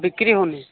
ବିକ୍ରି ହେଉନି